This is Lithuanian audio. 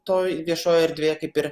toj viešoj erdvėje kaip ir